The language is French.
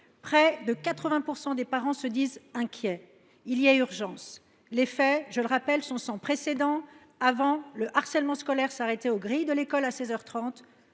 près de 80 % des parents se disent inquiets. Il y a donc urgence. Les faits, je le rappelle, sont sans précédent. Auparavant, le harcèlement scolaire s’arrêtait aux grilles de l’école, à seize